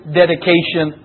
dedication